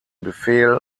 befehl